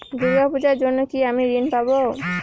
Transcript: দূর্গা পূজার জন্য কি আমি ঋণ পাবো?